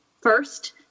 first